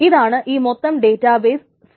ഇതാണ് ഈ മൊത്തം ഡേറ്റാബേസ് സ്കീമ